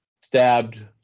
stabbed